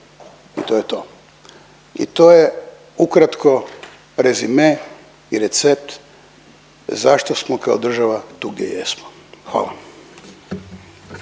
i to je to. I to je ukratko rezime i recept zašto smo kao država tu gdje jesmo.